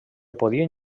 podien